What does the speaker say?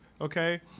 Okay